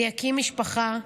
אני אקים משפחה,